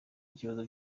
ibibazo